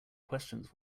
questions